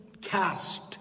cast